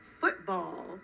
football